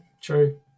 true